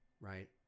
right